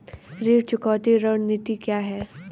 ऋण चुकौती रणनीति क्या है?